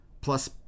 plus